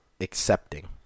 accepting